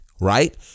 right